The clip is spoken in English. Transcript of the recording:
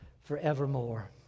forevermore